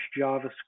JavaScript